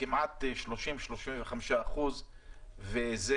כ-30%-35% הם מהחברה הערבית,